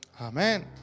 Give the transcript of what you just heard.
amen